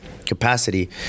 capacity